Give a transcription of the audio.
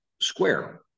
square